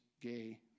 gay